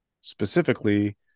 specifically